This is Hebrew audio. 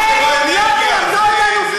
אצלנו שקיפות זה לא אנרגיה, זה דבר בסיסי.